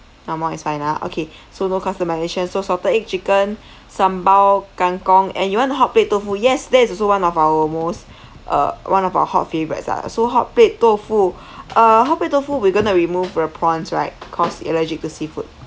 normal is fine ah okay so no customisation so salted egg chicken sambal kangkong and you want the hot plate tofu yes that is also one of our most uh one of our hot favourites lah so hot plate tofu uh how many tofu we're going to remove the prawns right cause allergic to seafood